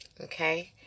Okay